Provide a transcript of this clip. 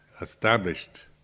established